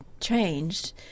changed